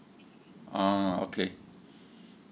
uh okay